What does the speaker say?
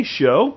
show